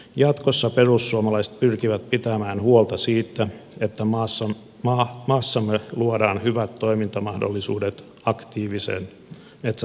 jatkossa perussuomalaiset pyrkivät pitämään huolta siitä että maassamme luodaan hyvät toimintamahdollisuudet aktiivisen metsätalouden harjoittamiselle